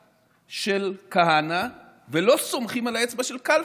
של כהנא ולא סומכים על האצבע של כלפון.